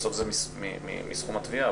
בסוף זה מסכום התביעה.